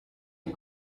del